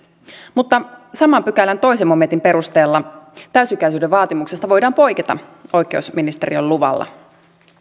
mutta saman pykälän toisen momentin perusteella täysi ikäisyyden vaatimuksesta voidaan poiketa oikeusministeriön luvalla